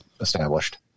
established